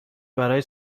برای